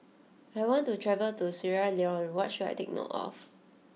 I want to travel to Sierra Leone what should I take note of